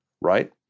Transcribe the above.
right